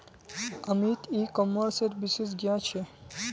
अमित ई कॉमर्सेर विशेषज्ञ छे